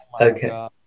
okay